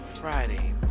Friday